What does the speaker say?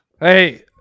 Hey